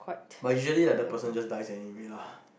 but usually like the person just die anywhere lah